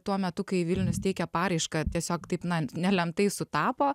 tuo metu kai vilnius teikia paraišką ir tiesiog taip nelemtai sutapo